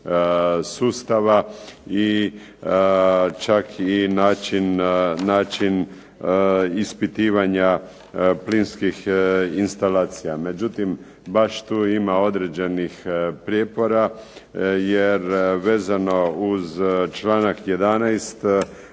sustava i čak i način ispitivanja plinskih instalacija. Međutim, baš tu ima određenih prijepora jer vezano uz članak 11.